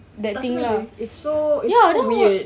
tak suka seh it's so it's so